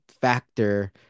factor